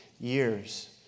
Years